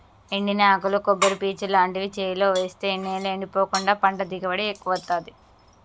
ఎండిన ఆకులు కొబ్బరి పీచు లాంటివి చేలో వేస్తె నేల ఎండిపోకుండా పంట దిగుబడి ఎక్కువొత్తదీ